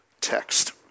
text